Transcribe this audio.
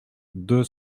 deux